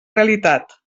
realitat